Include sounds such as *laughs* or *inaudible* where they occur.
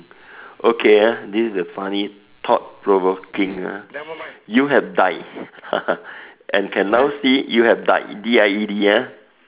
okay ah this is a funny thought provoking ah you have died *laughs* and can now see you have died D I E D ah